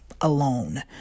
alone